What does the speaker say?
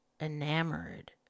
enamored